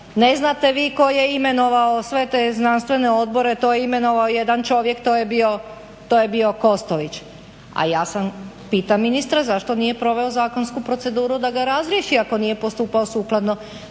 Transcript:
ne znate vi tko je imenovao sve te znanstvene odbore. To je imenovao jedan čovjek, to je bio Kostović. A ja sam, pitam ministra zašto nije proveo zakonsku proceduru da ga razriješi ako nije postupao sukladno